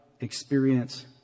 experience